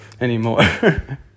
anymore